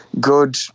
good